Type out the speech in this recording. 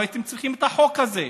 לא הייתם צריכים את החוק הזה.